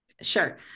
Sure